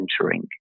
entering